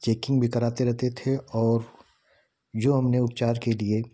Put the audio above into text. checking भी कराते रहते थे और जो हमने उपचार के लिए